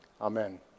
Amen